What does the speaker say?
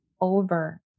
over